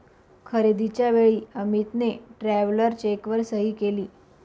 खरेदीच्या वेळी अमितने ट्रॅव्हलर चेकवर सही केली